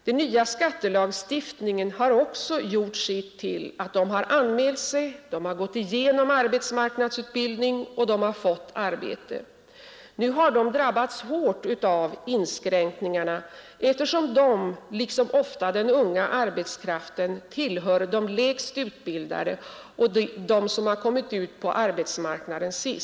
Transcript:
Den nya skattelagstiftningen har också gjort sitt till. De har anmält sig, de har gått igenom arbetsmarknadsutbildning och de har fått arbete. Nu har de drabbats hårt av inskränkningarna, eftersom de, liksom ofta den unga arbetskraften, tillhör de lägst utbildade och dem som kommit sist ut på arbetsmarknaden.